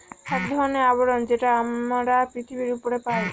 এক ধরনের আবরণ যেটা আমরা পৃথিবীর উপরে পাই